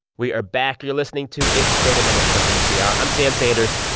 we are back. you're listening to it's been a minute from npr. i'm sam sanders.